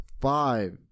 five